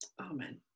Amen